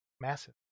massive